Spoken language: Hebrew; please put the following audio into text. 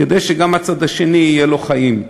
כדי שגם לצד השני יהיו חיים.